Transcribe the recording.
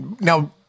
Now